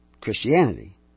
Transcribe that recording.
Christianity